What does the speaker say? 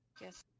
Yes